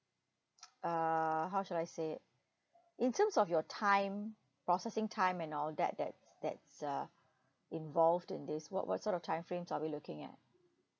err how should I say in terms of your time processing time and all that that that's uh involved in this work what sort of time frames are we looking at